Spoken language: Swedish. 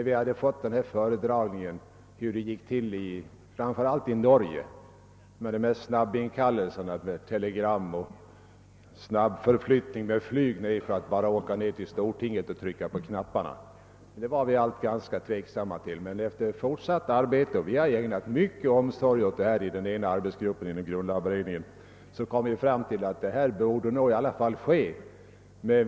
Vi hade fått en föredragning om hur det gick till i Norge; snabbinkallelser medelst telegram och förflyttning med flyg bara för att åka till stortinget och rösta. Men efter fortsatt arbete — och vi har ägnat mycket omsorg åt det här i den ena arbetsgruppen inom grundlagberedningen — kom vi fram till att förslag i alla fall borde utarbetas.